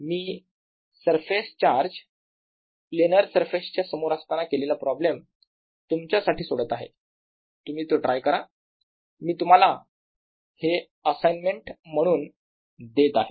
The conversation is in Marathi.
मी सरफेस चार्ज प्लेनर सरफेस च्या समोर असताना केलेला प्रॉब्लेम तुमच्यासाठी सोडत आहे तुम्ही तो ट्राय करा मी तुम्हाला हे असाइनमेंट म्हणून देत आहे